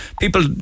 people